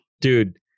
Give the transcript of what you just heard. dude